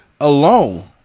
alone